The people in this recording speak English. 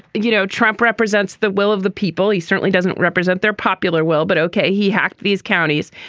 you know, trump represents the will of the people. he certainly doesn't represent their popular well. but, ok, he hacked these counties.